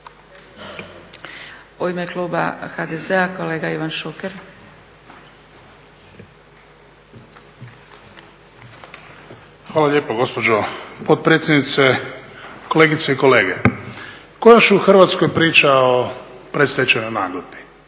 U ime kluba HDZ-a kolega Ivan Šuker. **Šuker, Ivan (HDZ)** Hvala lijepo gospođo potpredsjednice. Kolegice i kolege. Tko još u Hrvatskoj priča o predstečajnoj nagodbi?